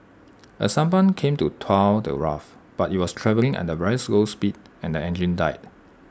A sampan came to tow the raft but IT was travelling at A very slow speed and engine died